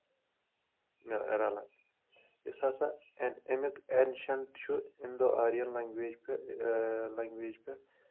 ر یُس ہسا اَمیُک اؠنشَنٹ چھُ اِنڈو آریَن لنٛگویج لنٛگویج پؠٹھ